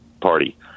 Party